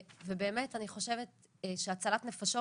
באמת אני חושבת שהצלת נפשות